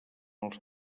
els